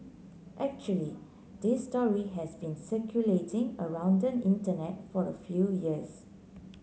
actually this story has been circulating around the Internet for a few years